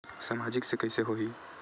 सामाजिक से कइसे होही?